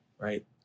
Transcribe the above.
right